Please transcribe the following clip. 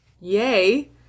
Yay